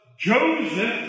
Joseph